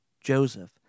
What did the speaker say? Joseph